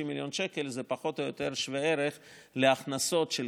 150 מיליון שקל הם פחות או יותר שווה ערך להכנסות של